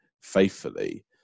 faithfully